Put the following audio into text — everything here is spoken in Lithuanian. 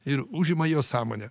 ir užima jo sąmonę